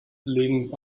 legen